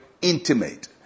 intimate